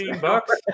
bucks